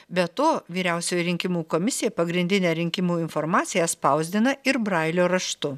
be to vyriausioji rinkimų komisija pagrindinę rinkimų informaciją spausdina ir brailio raštu